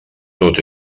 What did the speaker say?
tot